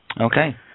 Okay